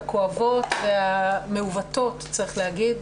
הכואבות והמעוותות בחברה הישראלית.